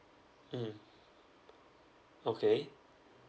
mm okay